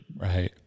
right